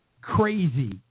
crazy